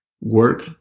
work